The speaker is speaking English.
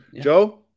Joe